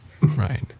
right